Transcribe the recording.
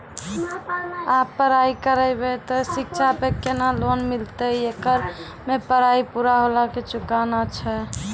आप पराई करेव ते शिक्षा पे केना लोन मिलते येकर मे पराई पुरा होला के चुकाना छै?